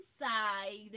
inside